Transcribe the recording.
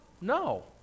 No